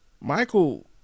Michael